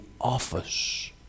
office